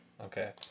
Okay